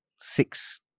six